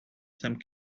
some